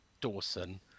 Dawson